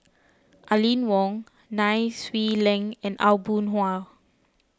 Aline Wong Nai Swee Leng and Aw Boon Haw